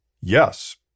Yes